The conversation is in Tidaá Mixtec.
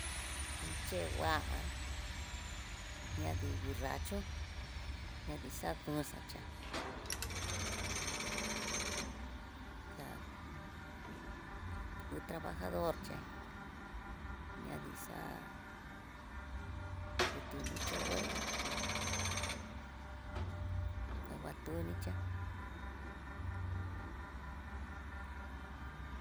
Iin che ngua ña dii borracho ña dii xa dú xachá, ta tuku trabajadór, ché ñadixá kutu ni chá ngué kangutunichá.